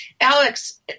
Alex